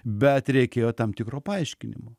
bet reikėjo tam tikro paaiškinimo